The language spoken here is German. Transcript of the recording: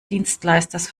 dienstleisters